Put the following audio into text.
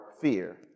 fear